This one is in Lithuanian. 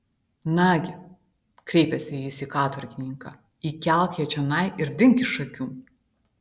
nagi kreipėsi jis į katorgininką įkelk ją čionai ir dink iš akių